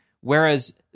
whereas